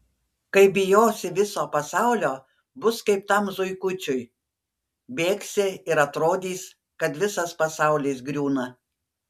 kai bijosi viso pasaulio bus kaip tam zuikučiui bėgsi ir atrodys kad visas pasaulis griūna